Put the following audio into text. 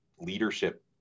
leadership